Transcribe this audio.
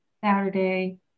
Saturday